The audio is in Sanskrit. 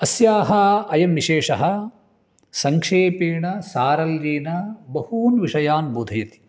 अस्याः अयं विशेषः संक्षेपेण सारल्येन बहून् विषयान् बोधयति